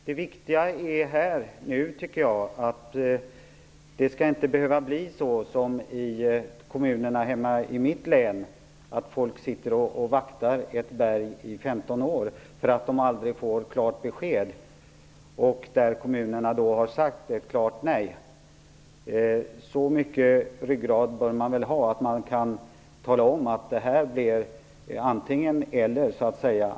Det viktiga nu tycker jag är att det inte skall behöva bli som i kommunerna hemma i mitt län, att människor sitter och vaktar ett berg i 15 år för att de aldrig får klart besked, trots att kommunerna har sagt ett klart nej. Så mycket ryggrad bör man väl ha att man kan tala om att det blir antingen eller.